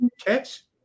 catch